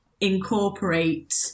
incorporate